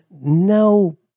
no